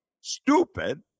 stupid